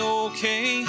okay